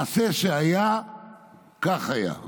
מעשה שהיה כך היה,